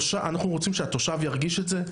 אנחנו רוצים שהתושב ירגיש את זה.